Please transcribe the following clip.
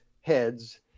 heads